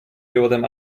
životem